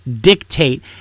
dictate